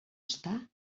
està